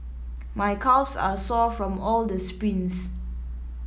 my calves are sore from all the sprints